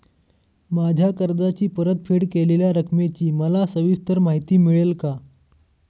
माझ्या कर्जाची परतफेड केलेल्या रकमेची मला सविस्तर माहिती मिळेल का?